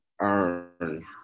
earn